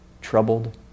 troubled